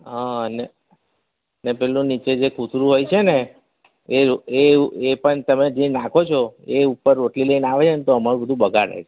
હાં અને ને નીચે જે પેલું કૂતરું હોય છે ને એ એ પણ તમે જે નાંખો છો એ ઉપર રોટલી લઈને આવે છે ને તો અમારે બધું બગાડે છે